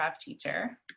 teacher